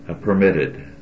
permitted